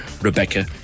Rebecca